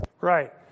Right